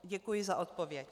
Děkuji za odpověď.